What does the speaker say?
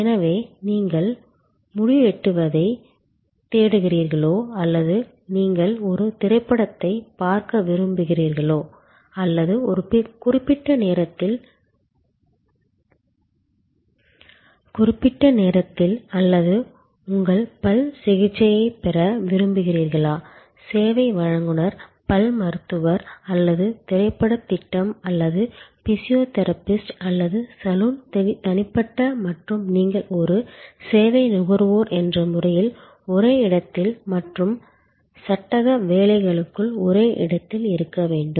எனவே நீங்கள் முடி வெட்டுவதைத் தேடுகிறீர்களோ அல்லது நீங்கள் ஒரு திரைப்படத்தைப் பார்க்க விரும்புகிறீர்களா அல்லது ஒரு குறிப்பிட்ட நேரத்தில் அல்லது உங்கள் பல் சிகிச்சையைப் பெற விரும்புகிறீர்களா சேவை வழங்குநர் பல் மருத்துவர் அல்லது திரைப்படத் திட்டம் அல்லது பிசியோதெரபிஸ்ட் அல்லது சலூன் தனிப்பட்ட மற்றும் நீங்கள் ஒரு சேவை நுகர்வோர் என்ற முறையில் ஒரே இடத்தில் மற்றும் சட்டக வேலைகளுக்குள் ஒரே இடத்தில் இருக்க வேண்டும்